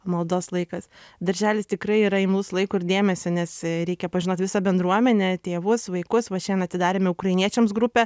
maldos laikas darželis tikrai yra imlus laiko ir dėmesio nes reikia pažinot visą bendruomenę tėvus vaikus va šiandien atidarėme ukrainiečiams grupę